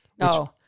No